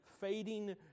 fading